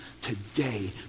today